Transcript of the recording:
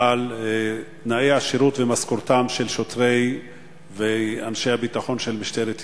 על תנאי השירות ומשכורתם של שוטרי ואנשי הביטחון של משטרת ישראל.